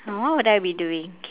uh what would I be doing K